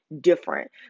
different